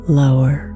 lower